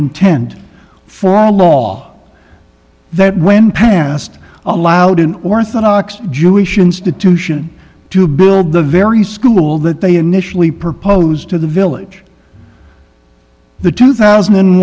intent for a law that when passed allowed an orthodox jewish institution to build the very school that they initially proposed to the village the two thousand and